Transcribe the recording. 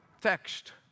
text